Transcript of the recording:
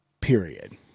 period